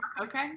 Okay